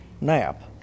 nap